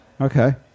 Okay